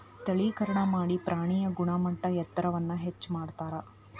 ತಳೇಕರಣಾ ಮಾಡಿ ಪ್ರಾಣಿಯ ಗುಣಮಟ್ಟ ಎತ್ತರವನ್ನ ಹೆಚ್ಚ ಮಾಡತಾರ